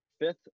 fifth